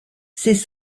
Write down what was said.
ces